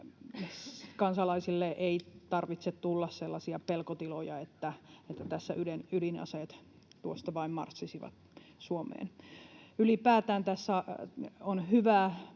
kansalaisille ei tarvitse tulla sellaisia pelkotiloja, että tässä ydinaseet tuosta vain marssisivat Suomeen. Ylipäätään tässä on hyvä